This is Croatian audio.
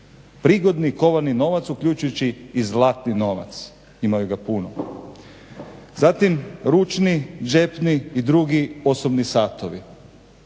prigodni kovani novac uključujući i zlatni novac imaju ga puno, zatim ručni, džepni i drugi osobni satovi,